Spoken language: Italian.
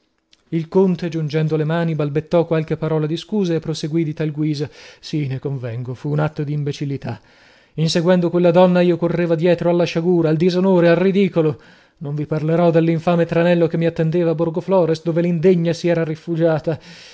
il conte giungendo le mani balbettò qualche parola di scusa e proseguì di tal guisa sì ne convengo fu un atto di imbecillità inseguendo quella donna io correva dietro alla sciagura al disonore al ridicolo non vi parlerò dell'infame tranello che mi attendeva a borgoflores dove l'indegna si era rifugiata